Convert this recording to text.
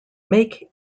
make